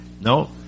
no